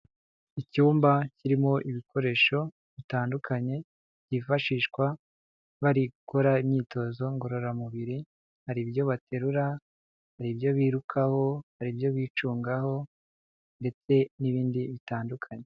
Icyumba kirimo ibikoresho bitandukanye byifashishwa bari gukora imyitozo ngororamubiri, hari ibyo baterura, hari ibyo birukaho, hari ibyo bicungaho ndetse n'ibindi bitandukanye.